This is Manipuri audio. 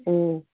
ꯎꯝ